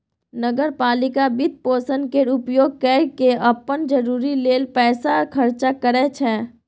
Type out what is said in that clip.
नगर पालिका वित्तपोषण केर उपयोग कय केँ अप्पन जरूरी लेल पैसा खर्चा करै छै